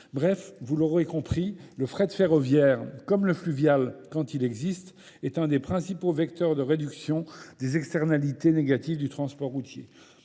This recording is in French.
Bref, vous l'aurez compris, le frais de ferroviaire, comme le fluvial quand il existe, est un des principaux vecteurs de réduction des externalités négatives du transport routier.